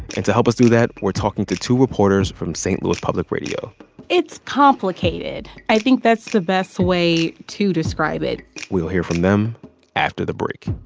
and to help us do that, we're talking to two reporters from st. louis public radio it's complicated. i think that's the best way to describe it we will hear from them after the break